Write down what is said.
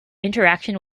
interaction